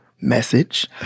Message